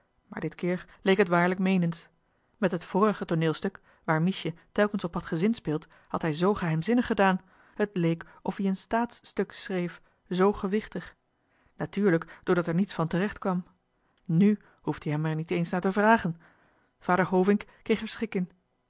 maar dit keer leek het waarlijk meenens met dat vorige tooneelstuk waar miesje telkens op had gezinspeeld had hij z geheimzinnig gedaan t leek of ie een staats stuk schreef zoo gewichtig natuurlijk doordat er niets van terecht kwam nù hoefde je hem er niet eens naar te vragen vader hovink kreeg er schik in